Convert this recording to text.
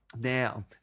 Now